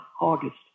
August